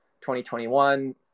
2021